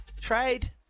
trade